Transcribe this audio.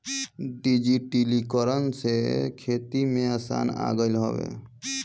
डिजिटलीकरण से खेती में आसानी आ गईल हवे